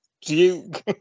Duke